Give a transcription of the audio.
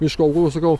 iš kalbos sakau